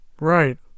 Right